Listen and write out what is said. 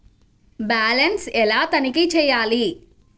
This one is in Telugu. బ్యాలెన్స్ ఎలా తనిఖీ చేయాలి?